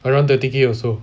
around thirty K also